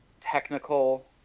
technical